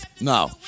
No